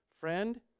Friend